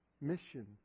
mission